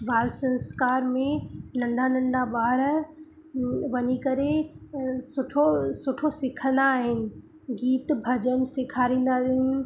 बाल संस्कार में नंढा नंढा ॿार वञी करे सुठो सुठो सिखंदा आहिनि गीत भॼन सेखारींदा आहिनि